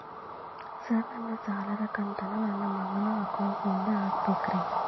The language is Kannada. ಸರ್ ನನ್ನ ಸಾಲದ ಕಂತನ್ನು ನನ್ನ ಮಗನ ಅಕೌಂಟ್ ನಿಂದ ಹಾಕಬೇಕ್ರಿ?